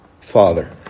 Father